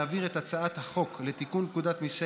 להעביר את הצעת חוק לתיקון פקודת מיסי